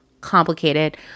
complicated